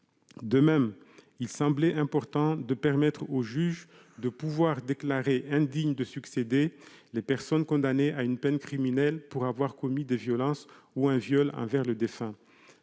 De même, il semblait important de permettre aux juges de déclarer indignes de succéder les personnes condamnées à une peine criminelle pour avoir commis des violences ou un viol envers le défunt.